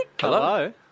Hello